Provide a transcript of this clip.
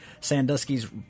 Sandusky's